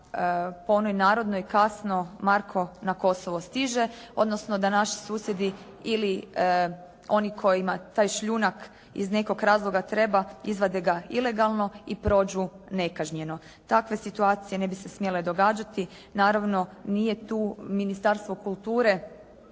po onoj narodnoj "kasno Marko na Kosovo stiže" odnosno da naši susjedi ili oni kojima taj šljunak iz nekog razloga treba, izvade ga ilegalno i prođu nekažnjeno. Takve situacije ne bi se smjele događati, naravno nije tu Ministarstvo kulture